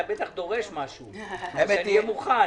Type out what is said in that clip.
אתה בטח דורש משהו אז שאני אהיה מוכן.